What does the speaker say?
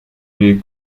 les